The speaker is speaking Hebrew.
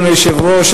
אדוני היושב-ראש,